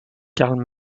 karl